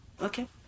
okay